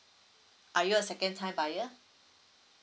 are you a second time buyer